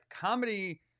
Comedy